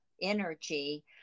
energy